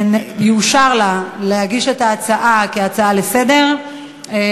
יאושר לה להגיש את ההצעה כהצעה לסדר-היום,